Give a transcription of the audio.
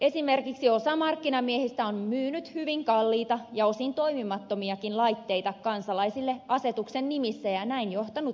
esimerkiksi osa markkinamiehistä on myynyt hyvin kalliita ja osin toimimattomiakin laitteita kansalaisille asetuksen nimissä ja näin johtanut heitä harhaan